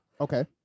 Okay